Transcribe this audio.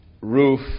roof